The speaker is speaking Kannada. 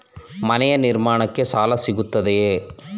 ಮನೆ ನಿರ್ಮಾಣಕ್ಕೆ ಸಾಲ ಸಿಗುತ್ತದೆಯೇ?